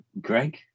Greg